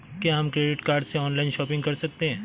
क्या हम credit card से ऑनलाइन शॉपिंग कर सकते हैं?